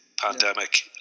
pandemic